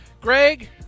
Greg